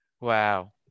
Wow